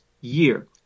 year